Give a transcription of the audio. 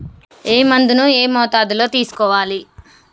ఏ మందును ఏ మోతాదులో తీసుకోవాలి?